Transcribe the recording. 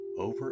over